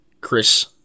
Chris